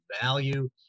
value